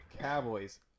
Cowboys